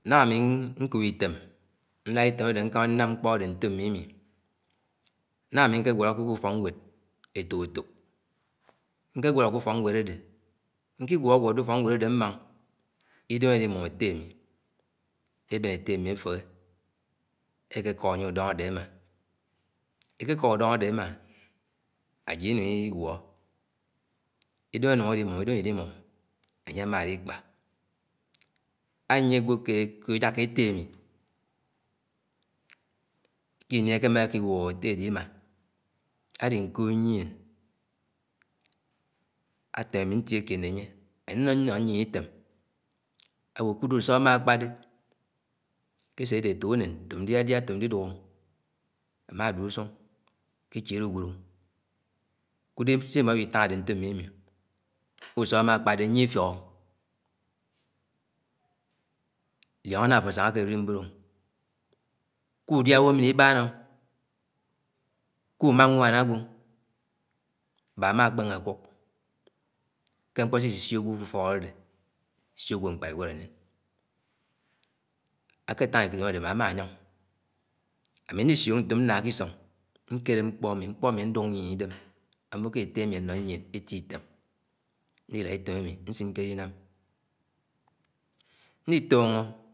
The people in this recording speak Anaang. Nángá am̃ì nkóp ìtém ñlád ìtém ade nám nkpó adẽ ntoõm mímí Nángá ámí nkẽ guọlókẽ ke úfọkwéd etók-etók nkéguóló ke ufóknwéd adé. Nkíguo guo adé ùfók-nwéd àdẽ mma idẽm alimum ette amí eben ette ami efehẽ ekékók anye ùdóugó adé emã. Ekékók ùdóngóạdẽ emmã ajid inung ìguó, ìdém ànúng alimúm ìdém alimúm ánye àmã àlikpã. Ejáká etté àmi-kìnì ekémeéké wuo ette adẽ imm̃a, àliñkóod nyién ámi ntié keẽd né añye, ãnye ánó nyién ìtém awo ùkùdó usọ amàkpãde késé adé etók unèn toom dìádiá toom ũdúk àmádué ùsúng echiéd m ùnwód ùkùdẽ sé imo iwitãng adẽ ntoóm mimi ùsó amakpade nyie ìfiókọ uoñgó, nañgá àfo àsánga ke érém̃bótoo, kùdiá ùmám né ìbáan, kú-ùmá nwán agwo, baák ama àkpéné àkúk ké mkpõ sisi-isio agwo ké ufók adédẽ, sió agwó mkpád anwód ènén. Aketang ìtẽm adẽ àmá, àmànyúng. Amí nísiók ntoóm nñaá ké ìsóng nkélé mkpo ami mkpó ámi adúa nyién ìdém am̃ì mmó ké etté ami ànó nyièn etí ìtém, nben nsìñ ké erinám.